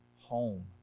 home